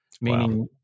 Meaning